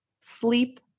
sleep